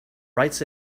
writes